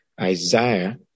Isaiah